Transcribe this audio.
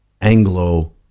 anglo